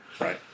Right